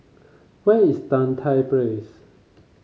where is Tan Tye Place